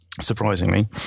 surprisingly